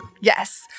yes